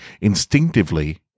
Instinctively